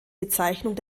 bezeichnung